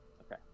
Okay